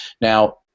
Now